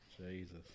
Jesus